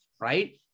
right